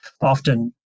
often